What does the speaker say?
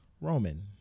Roman